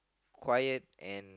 quiet and